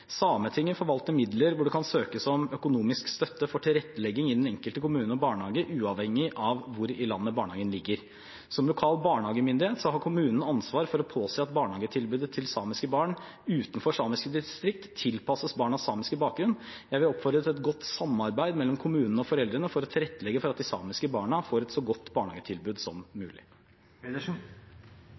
Sametinget forvalter midler hvor det kan søkes om økonomisk støtte for tilrettelegging i den enkelte kommune og barnehage, uavhengig av hvor i landet barnehagen ligger. Som lokal barnehagemyndighet har kommunen ansvar for å påse at barnehagetilbudet til samiske barn utenfor samiske distrikt tilpasses barnas samiske bakgrunn. Jeg vil oppfordre til et godt samarbeid mellom kommunen og foreldrene for å tilrettelegge for at de samiske barna får et så godt barnehagetilbud som